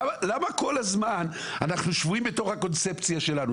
למה כל הזמן אנחנו שבויים בתוך הקונספציה שלנו?